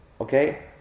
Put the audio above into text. Okay